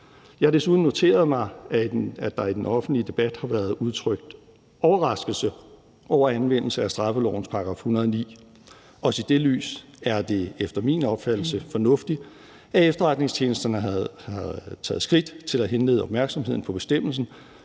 Jeg har desuden noteret mig, at der i den offentlige debat har været udtrykt overraskelse over anvendelsen af straffelovens § 109. Også i det lys er det efter min opfattelse fornuftigt, at efterretningstjenesterne havde taget skridt til at henlede opmærksomheden på bestemmelsen